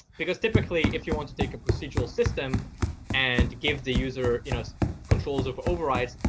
because typically if you want to take a procedural system and give the user you know controls of overrides,